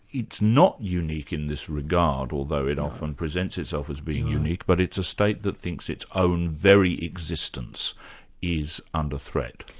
it's not unique in this regard, although it often presents itself as being unique, but it's a state that thinks its own very existence is under threat.